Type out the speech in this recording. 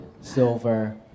silver